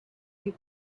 you